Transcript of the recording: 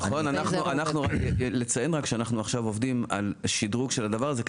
אנחנו עובדים על שדרוג של הדבר הזה,